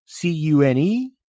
CUNE